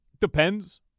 Depends